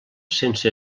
sense